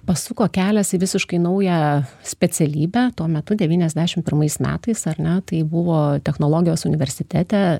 pasuko kelias į visiškai naują specialybę tuo metu devyniasdešimt pirmais metais ar ne tai buvo technologijos universitete